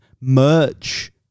Merch